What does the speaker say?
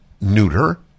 neuter